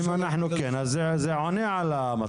זה עונה על המצב.